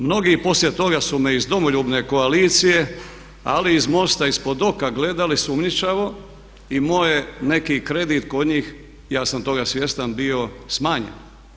Mnogi poslije toga su me iz Domoljubne koalicije ali i iz MOST-a ispod oka gledali, sumnjičavo i moj je neki kredit kod njih ja sam toga svjestan bio smanjen.